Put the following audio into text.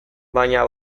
baina